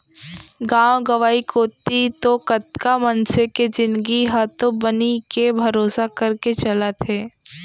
गांव गंवई कोती तो कतका मनसे के जिनगी ह तो बनी के भरोसा करके चलत हे